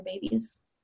babies